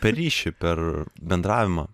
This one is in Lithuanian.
per ryšį per bendravimą